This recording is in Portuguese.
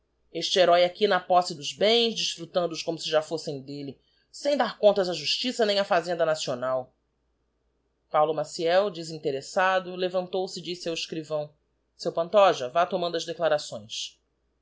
este heróe aqui na posse dos bens desíructando os como si já fossem d'elle sem dar contas á justiça nem á fazenda nacional paulo maciel desinteressado levantou see disse ao escrivão seu pantoja vá tomando as declarações